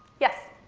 yes.